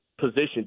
position